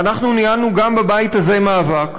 ואנחנו ניהלנו, גם בבית הזה, מאבק